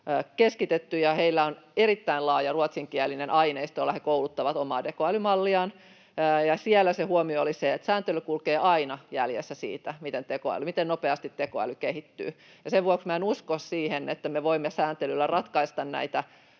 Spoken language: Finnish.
keskitetty. Heillä on erittäin laaja ruotsinkielinen aineisto, jolla he kouluttavat omaa tekoälymalliaan, ja siellä se huomio oli se, että sääntely kulkee aina jäljessä siitä, miten nopeasti tekoäly kehittyy. Sen vuoksi minä en usko siihen, että me voimme sääntelyllä ratkaista näitä